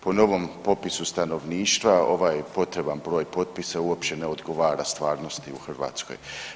Po novom popisu stanovništva ovaj potreban broj potpisa uopće ne odgovara stvarnosti u Hrvatskoj.